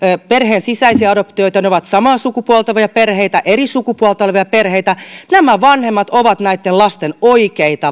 perheensisäisiä adoptioita ne ovat samaa sukupuolta olevia perheitä eri sukupuolta olevia perheitä nämä vanhemmat ovat näitten lasten oikeita